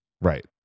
Right